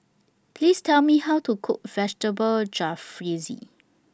Please Tell Me How to Cook Vegetable Jalfrezi